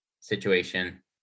situation